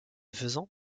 faisant